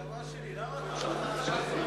נשמה שלי, אתה חבר שלי.